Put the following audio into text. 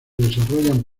desarrollan